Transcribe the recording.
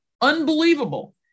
Unbelievable